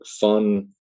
fun